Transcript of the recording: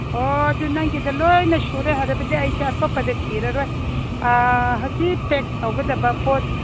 ꯑꯣ ꯑꯗꯨ ꯅꯪꯒꯤꯗ ꯂꯣꯏꯅ ꯁꯨꯔꯦ ꯍꯥꯏꯔꯕꯗꯤ ꯑꯩꯁꯨ ꯑꯇꯣꯞꯗ ꯊꯤꯔꯔꯣꯏ ꯍꯧꯖꯤꯛ ꯄꯦꯛ ꯇꯧꯒꯗꯕ ꯄꯣꯠ